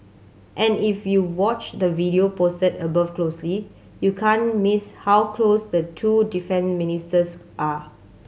and if you watch the video posted above closely you can't miss how close the two defence ministers are